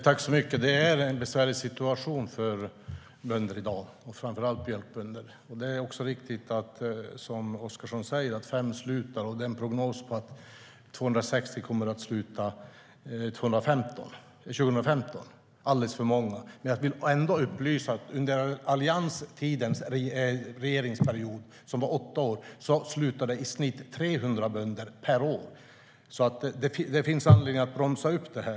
Herr talman! Det är en besvärlig situation för bönder i dag, och framför allt för mjölkbönder. Det är riktigt, som Magnus Oscarsson säger, att fem slutar varje vecka. Enligt prognosen kommer 260 att sluta 2015. Det är alldeles för många. Men jag vill ändå upplysa om att under alliansregeringens åtta år slutade i snitt 300 bönder per år. Det finns alltså anledning att bromsa upp detta.